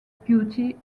beauty